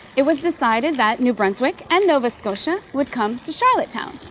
it was decided that new brunswick and nova scotia would come to charlottetown.